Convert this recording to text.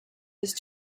his